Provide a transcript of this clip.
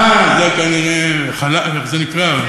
אה, איך זה נקרא?